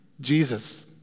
Jesus